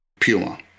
Puma